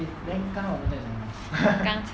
eh then 刚才我们在讲什么